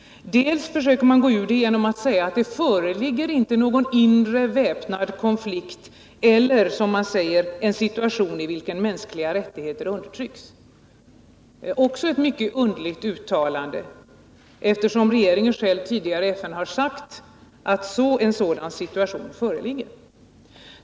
Vidare försöker man komma ur dilemmat genom att säga att det inte föreligger någon inre väpnad konflikt eller, som man uttrycker det, en situation i vilken mänskliga rättigheter undertrycks — också ett mycket underligt uttalande, eftersom regeringen själv tidigare i FN har sagt att en sådan situation föreligger.